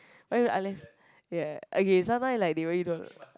why you unless ya okay sometime like they really don't know